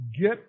get